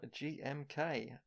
GMK